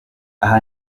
aha